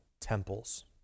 temples